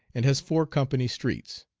and has four company streets.